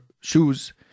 shoes